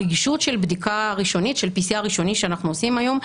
הרגישות של PCR ראשוני שאנחנו עושים היום,